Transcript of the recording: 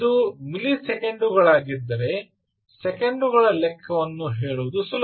ಇದು ಮಿಲಿಸೆಕೆಂಡುಗಳಾಗಿದ್ದರೆ ಸೆಕೆಂಡುಗಳ ಲೆಕ್ಕವನ್ನು ಹೇಳುವುದು ಸುಲಭ